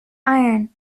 iron